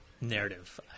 narrative